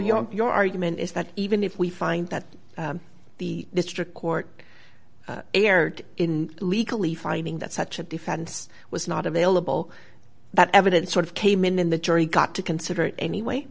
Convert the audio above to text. young your argument is that even if we find that the district court erred in illegally finding that such a defense was not available that evidence sort of came in the jury got to consider it anyway